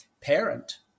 parent